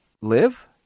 live